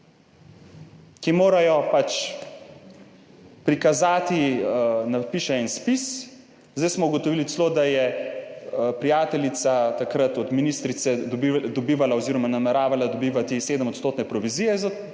ki morajo pač prikazati, napiše en spis, zdaj smo ugotovili celo, da je prijateljica takrat od ministrice dobivala oziroma nameravala dobivati 7 % provizije za ta